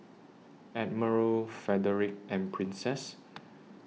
Admiral Frederic and Princess